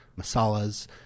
masalas